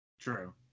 True